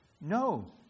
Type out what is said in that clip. No